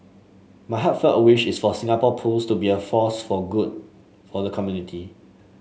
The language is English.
my heartfelt wish is for Singapore Pools to be a force for good for the community